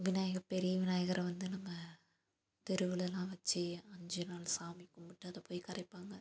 விநாயகர் பெரிய விநாயகரை வந்து நம்ம தெருவுலெலாம் வச்சு அஞ்சு நாள் சாமி கும்பிட்டு அதை போய் கரைப்பாங்க